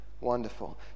Wonderful